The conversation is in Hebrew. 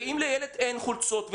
ואם לילד אין חולצות?